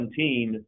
2017